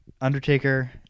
Undertaker